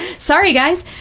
sorry, guys.